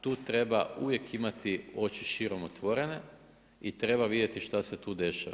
Tu treba uvijek imati oči širom otvorene i treba vidjeti šta se tu dešava.